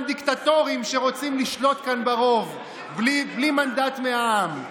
דיקטטורים שרוצים לשלוט כאן ברוב בלי מנדט מהעם.